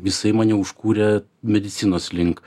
jisai mane užkūrė medicinos link